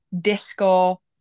disco